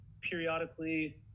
periodically